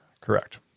correct